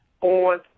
on